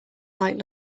light